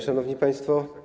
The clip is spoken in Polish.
Szanowni Państwo!